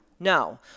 No